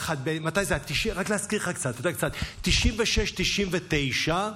מתי זה היה, 1996 1999,